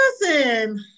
Listen